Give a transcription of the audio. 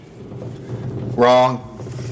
Wrong